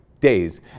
days